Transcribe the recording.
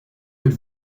êtes